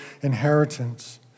inheritance